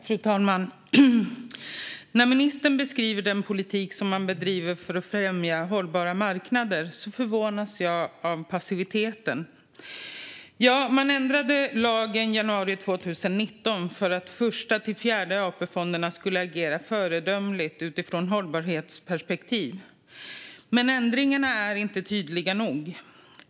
Fru talman! När ministern beskriver den politik som man bedriver för att främja hållbara marknader förvånas jag av passiviteten. Ja, man ändrade lagen i januari 2019 för att Första-Fjärde AP-fonden skulle agera föredömligt utifrån hållbarhetsperspektiv. Men ändringarna är inte tydliga nog.